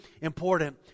important